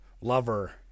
lover